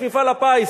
יש מפעל הפיס.